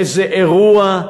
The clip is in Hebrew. איזה אירוע,